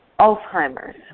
Alzheimer's